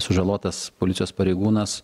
sužalotas policijos pareigūnas